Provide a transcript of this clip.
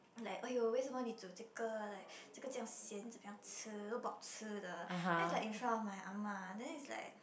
like !aiyo! 为什么你煮这个 like 这个这样咸怎么样吃都不好吃的 then it's like in front of my ah ma then it's like